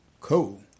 Cool